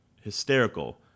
hysterical